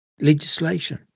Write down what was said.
legislation